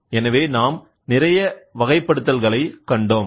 எனவே நாம் நிறைய வகைப்படுத்துதல்களை கண்டோம்